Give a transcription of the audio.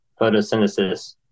Photosynthesis